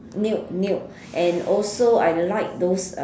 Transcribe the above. nude nude and also I like those uh